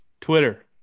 Twitter